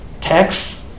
tax